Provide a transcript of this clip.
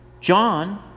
John